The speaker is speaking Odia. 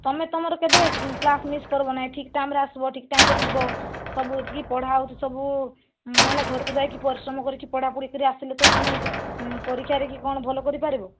ତମେ ତମର କେବେ କ୍ଲାସ୍ ମିସ୍ କରିବ ନାହିଁ ଠିକ୍ ଟାଇମ୍ରେ ଆସିବ ଠିକ୍ ଟାଇମରେ ଯିବ ସବୁ ଯେତିକି ପଢ଼ା ହେଉଛି ସବୁ ହେଲା ଘରକୁ ଯାଇକି ପରିଶ୍ରମ କରକି ପଢ଼ାପଢ଼ି କରି ଆସିଲେ ତ ତମେ ପରୀକ୍ଷା କି କ'ଣ ଭଲ କରିପାରିବ